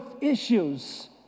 issues